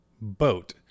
Boat